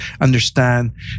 understand